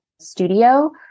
studio